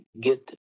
get